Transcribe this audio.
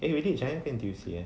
eh we did giant ke N_T_U_C eh